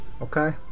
Okay